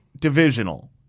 divisional